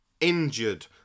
injured